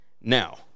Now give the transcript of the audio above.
Now